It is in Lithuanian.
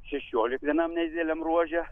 šešiolika vienam nedideliam ruože